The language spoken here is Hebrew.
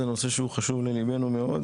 זה נושא שהוא חשוב לליבנו מאוד,